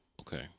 Okay